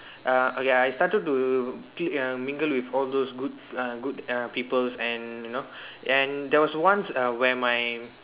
uh okay uh I started to clique uh mingle with all those good uh good uh peoples and you know and there was once um where my